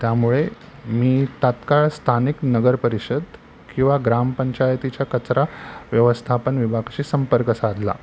त्यामुळे मी तात्काळ स्थानिक नगरपरिषद किंवा ग्रामपंचायतीच्या कचरा व्यवस्थापन विभागशी संपर्क साधला